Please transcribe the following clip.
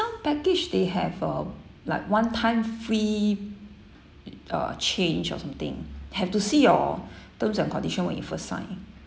some package they have uh like one time free uh change or something have to see your terms and condition when you first signed